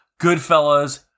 Goodfellas